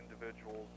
individuals